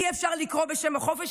אי-אפשר לקרוא בשם חופש,